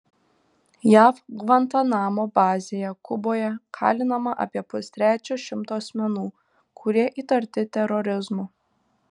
jav gvantanamo bazėje kuboje kalinama apie pustrečio šimto asmenų kurie įtarti terorizmu